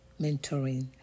mentoring